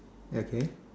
okay